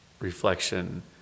reflection